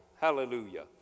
Hallelujah